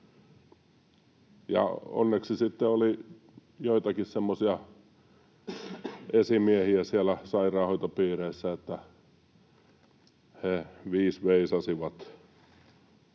esimiehiä siellä sairaanhoitopiireissä, että he viisveisasivat